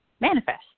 manifest